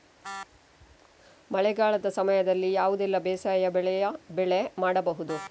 ಮಳೆಗಾಲದ ಸಮಯದಲ್ಲಿ ಯಾವುದೆಲ್ಲ ಬೇಸಾಯ ಬೆಳೆ ಮಾಡಬಹುದು?